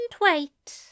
wait